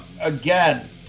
Again